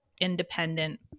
independent